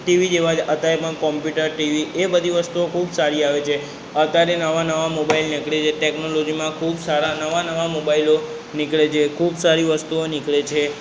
TV જેવા જ અત્યારે કોમ્પ્યુટર ટીવી એ બધી વસ્તુઓ ખૂબ સારી આવે છે અત્યારે નવા નવા મોબાઈલ નીકળે છે ટેક્નોલોજીમાં ખૂબ સારા નવા નવા મોબાઈલો નીકળે છે ખૂબ સારી વસ્તુઓ નીકળે છે